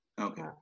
Okay